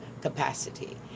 capacity